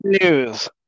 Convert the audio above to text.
news